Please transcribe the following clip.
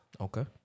Okay